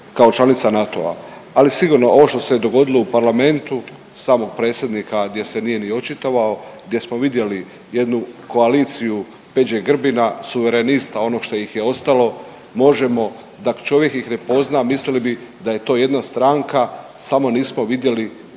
kao članica NATO-a. Ali sigurno ovo što se dogodilo u Parlamentu samog predsjednika gdje se nije ni očitovao, gdje smo vidjeli jednu koaliciju Peđe Grbina, Suverenista ono što ih je ostalo možemo da čovjek ih ne pozna mislili bi da je to jedna stranka, samo nismo vidjeli